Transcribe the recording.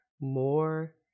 more